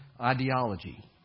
ideology